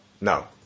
No